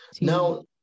Now